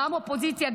גם אופוזיציה,